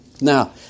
Now